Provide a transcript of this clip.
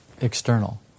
external